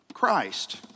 Christ